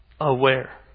aware